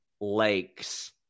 Lakes